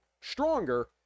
stronger